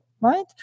Right